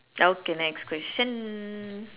okay next question